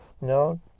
No